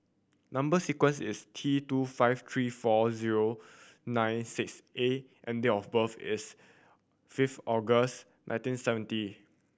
number sequence is T two five three four zero nine six A and date of birth is fifth August nineteen seventy